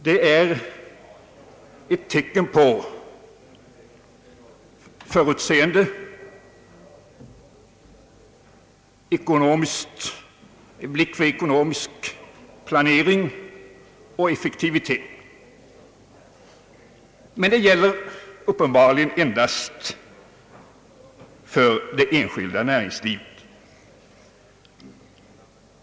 Det är ett tecken på förutseende, blick för ekonomisk planering och effektivitet. Men det gäller uppenbarligen endast för det enskilda näringslivet.